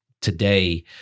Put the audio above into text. today